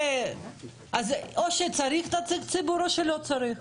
אז או שצריך נציג ציבור או שלא צריך.